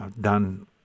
done